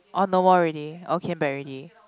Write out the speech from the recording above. all no more already all came back already